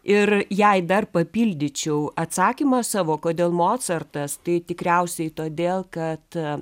ir jei dar papildyčiau atsakymą savo kodėl mocartas tai tikriausiai todėl kad